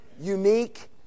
unique